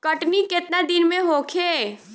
कटनी केतना दिन में होखे?